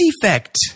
defect